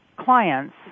clients